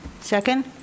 Second